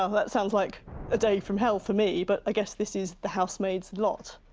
um that sounds like a day from hell for me, but i guess this is the housemaid's lot.